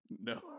No